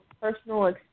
personal